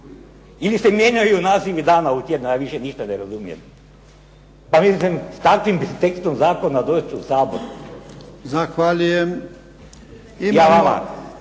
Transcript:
Ili se mijenjaju nazivi dana u tjednu, ja više ništa ne razumijem. Pa mislim s takvim tekstom zakona doći u Sabor. **Jarnjak, Ivan